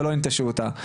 ולא ינטשו אותה.